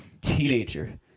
teenager